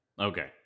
Okay